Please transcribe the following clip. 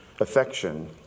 affection